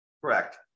Correct